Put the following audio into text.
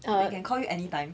they can call you anytime